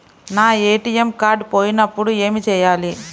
నా ATM card పోయినప్పుడు ఏమి చేయాలి?